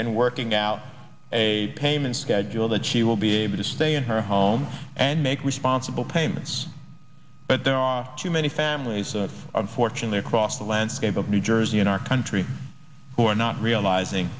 and working out a pain schedule that she will be able to stay in her home and make responsible payments but there are too many families that unfortunately cross the landscape of new jersey in our country who are not realizing